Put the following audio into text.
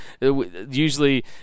usually